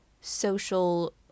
social